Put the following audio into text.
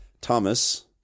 Thomas